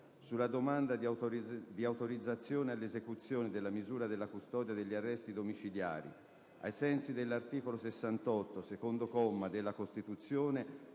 sulla domanda di autorizzazione all'esecuzione della misura della custodia agli arresti domiciliari - ai sensi dell'articolo 68, secondo comma, della Costituzione,